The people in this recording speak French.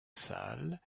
salle